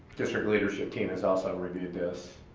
district leadership team has also reviewed this